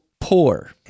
poor